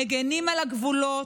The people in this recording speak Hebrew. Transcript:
מגינים על הגבולות,